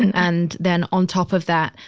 and and then on top of that,